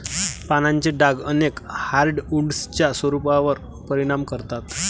पानांचे डाग अनेक हार्डवुड्सच्या स्वरूपावर परिणाम करतात